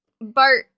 Bart